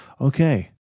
okay